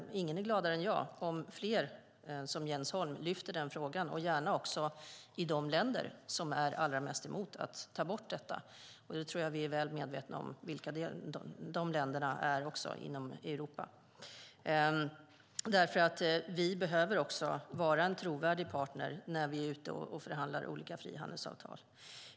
Ingen är gladare än jag om fler gör som Jens Holm och lyfter denna fråga, gärna också i de länder som är allra mest emot att ta bort detta. Jag tror att vi är väl medvetna om vilka de länderna är också inom Europa. Vi behöver vara en trovärdig partner när vi är ute och förhandlar olika frihandelsavtal.